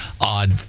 odd